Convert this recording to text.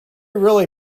really